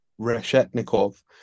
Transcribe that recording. reshetnikov